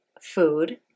food